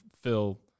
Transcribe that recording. Phil